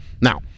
Now